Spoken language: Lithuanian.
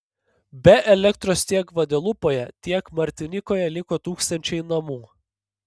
be elektros tiek gvadelupoje tiek martinikoje liko tūkstančiai namų